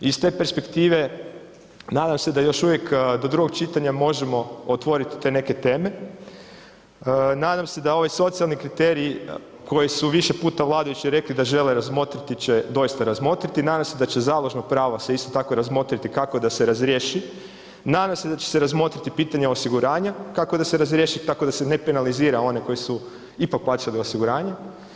Iz te perspektiva nadam se da još uvijek do drugog čitanja možemo otvorit te neke teme, nadam se da ovaj socijalni kriterij koji su više puta vladajući rekli da žele razmotriti će doista razmotriti, nadam se da će založno pravo se isto tako razmotriti kako da se razriješi, nadam se da će se razmotriti pitanje osiguranja kako da se razriješi, tako da se ne penalizira one koji su ipak plaćali osiguranje.